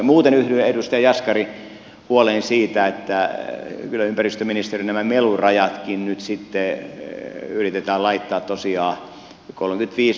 muuten yhdyn edustaja jaskarin huoleen siitä että kyllä ympäristöministeriössä nämä melurajatkin nyt sitten yritetään laittaa tosiaan